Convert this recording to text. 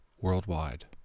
worldwide